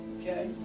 Okay